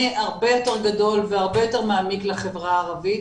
הרבה יותר גדול והרבה יותר מעמיק לחברה הערבית